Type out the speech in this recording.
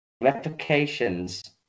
Replications